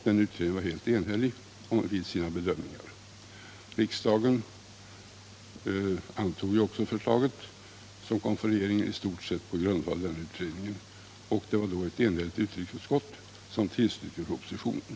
Den utredningen var helt enig i sina bedömningar. Riksdagen antog också det förslag som regeringen framlade i stort sett på grundval av denna utredning. Ett enhälligt utrikesutskott hade tillstyrkt propositionen.